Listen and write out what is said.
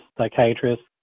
psychiatrists